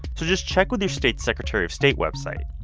so just check with your state secretary of state website.